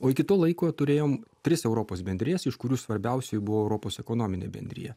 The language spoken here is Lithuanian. o iki to laiko turėjom tris europos bendrijas iš kurių svarbiausioji buvo europos ekonominė bendrija